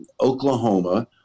Oklahoma